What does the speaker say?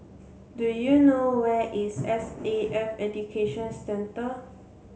do you know where is S A F Education Centre